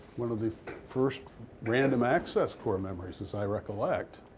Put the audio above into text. one of the first random-access core memories, as i recollect.